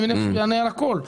אני מניח שהוא יענה על הכול.